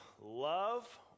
love